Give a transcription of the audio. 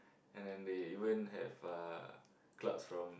and then they even have uh clubs from